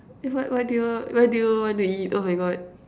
uh what what do you what do you want to eat oh my God